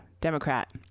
Democrat